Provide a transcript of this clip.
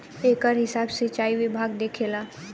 एकर हिसाब सिचाई विभाग देखेला